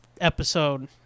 episode